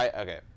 Okay